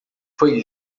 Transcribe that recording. foi